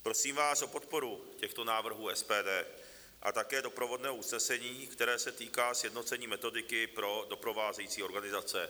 Prosím vás o podporu těchto návrhů SPD a také doprovodného usnesení, které se týká sjednocení metodiky pro doprovázející organizace.